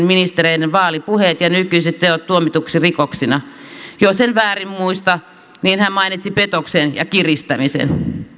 ministereiden vaalipuheet ja nykyiset teot tuomituksi rikoksina jos en väärin muista niin hän mainitsi petoksen ja kiristämisen